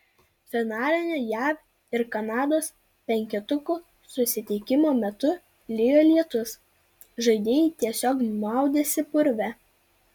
finalinio jav ir kanados penketukų susitikimo metu lijo lietus žaidėjai tiesiog maudėsi purve